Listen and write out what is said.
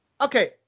Okay